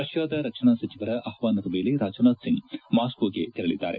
ರಷ್ಟಾದ ರಕ್ಷಣಾ ಸಚಿವರ ಆಹ್ವಾನದ ಮೇಲೆ ರಾಜನಾಥ್ ಸಿಂಗ್ ಮಾಸ್ಕೊಗೆ ತೆರಳಿದ್ದಾರೆ